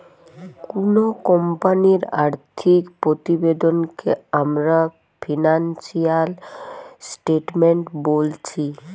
কুনো কোম্পানির আর্থিক প্রতিবেদনকে আমরা ফিনান্সিয়াল স্টেটমেন্ট বোলছি